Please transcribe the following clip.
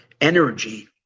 energy